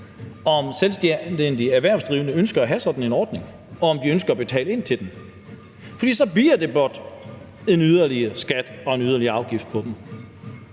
om selvstændige erhvervsdrivende ønsker at have sådan en ordning, og om de ønsker at betale ind til den, for så bliver det blot en yderligere skat og en yderligere afgift for dem.